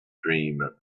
dream